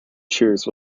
choose